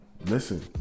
listen